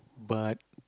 but